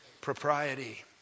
propriety